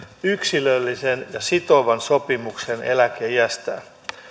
yksilöllisen ja sitovan sopimuksen eläkeiästään